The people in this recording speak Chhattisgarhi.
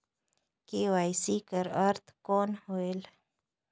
के.वाई.सी कर अर्थ कौन होएल?